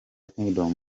kingdom